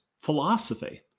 philosophy